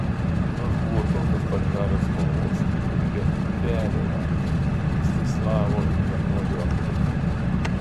jos buvo tokios pat žalios spalvos kaip ir lempelė ant mstislavo ir vienuolių antkaklių